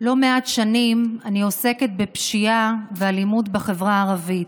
לא מעט שנים אני עוסקת בפשיעה ואלימות בחברה הערבית.